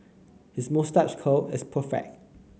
his moustache curl is perfect